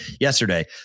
yesterday